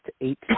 eight